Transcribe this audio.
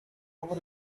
over